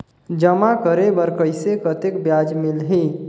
जमा करे बर कइसे कतेक ब्याज मिलही?